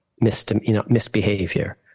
misbehavior